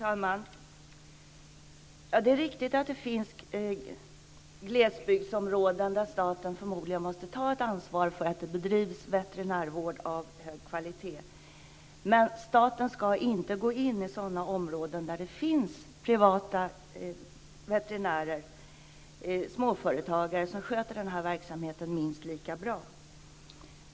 Fru talman! Det är riktigt att det finns glesbygdsområden där staten förmodligen måste ta ett ansvar för att det bedrivs veterinärvård av hög kvalitet. Men staten ska inte gå in i områden där det finns privata veterinärer, småföretagare, som sköter den här verksamheten minst lika bra.